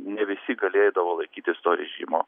ne visi galėdavo laikytis to režimo